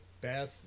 beth